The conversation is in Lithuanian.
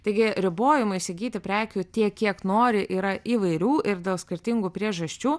taigi ribojimų įsigyti prekių tiek kiek nori yra įvairių ir dėl skirtingų priežasčių